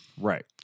Right